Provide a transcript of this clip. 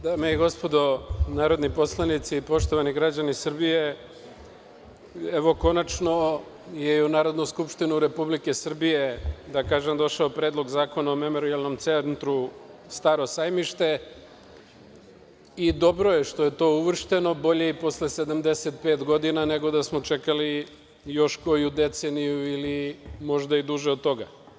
Dame i gospodo narodni poslanici, poštovani građani Srbije, evo, konačno je i u Narodnu skupštinu Republike Srbije došao Predlog zakona o memorijalnom centru Staro Sajmište i dobro je što je to uvršteno, bolje i posle 75 godina, nego da smo čekali još koju deceniju ili možda i duže od toga.